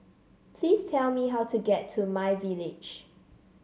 please tell me how to get to my Village